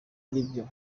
aribyo